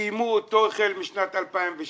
וקיימו אותו החל משנת 2017